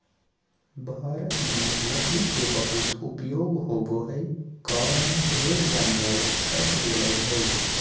भारत में लकड़ी के बहुत उपयोग होबो हई कारण ढेर जंगल कट गेलय हई